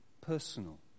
personal